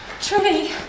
Trudy